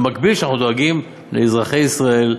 ובמקביל אנחנו דואגים לאזרחי ישראל,